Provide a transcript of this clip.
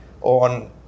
on